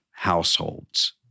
Households